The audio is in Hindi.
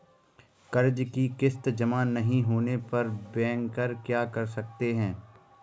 कर्ज कि किश्त जमा नहीं होने पर बैंकर क्या कर सकते हैं?